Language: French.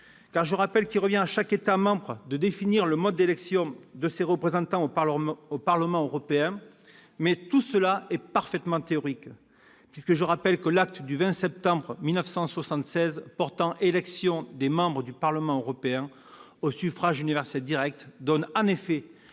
Je rappelle qu'il ne revient à chaque État membre de définir le mode d'élection de ses représentants au Parlement européen que de manière parfaitement théorique. L'Acte du 20 septembre 1976 portant élection des membres du Parlement européen au suffrage universel direct donne en effet